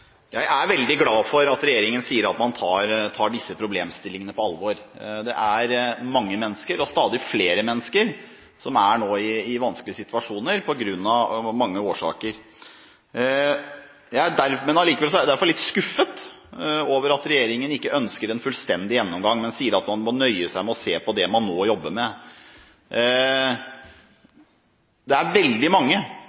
Jeg er veldig glad for at regjeringen sier at man tar disse problemstillingene på alvor. Det er mange mennesker – og stadig flere mennesker – som nå er i en vanskelig situasjon, av mange årsaker. Jeg er derfor litt skuffet over at regjeringen ikke ønsker en fullstendig gjennomgang, men sier at man må nøye seg med å se på det man nå jobber med.